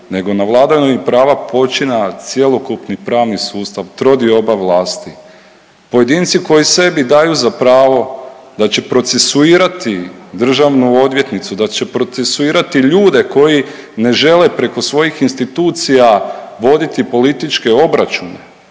nego na vladavini prava počiva cjelokupni pravni sustav, trodioba vlasti, pojedinci koji sebi daju za pravo da će procesuirati državnu odvjetnicu, da će procesuirati ljude koji ne žele preko svojih institucija voditi političke obračune,